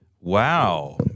Wow